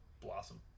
blossom